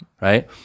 Right